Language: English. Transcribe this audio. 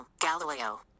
Galileo